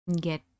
get